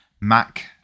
mac